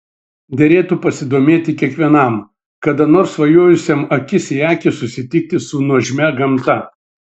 derėtų pasidomėti kiekvienam kada nors svajojusiam akis į akį susitikti su nuožmia gamta